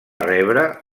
rebre